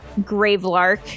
Gravelark